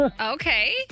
Okay